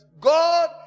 God